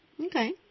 Okay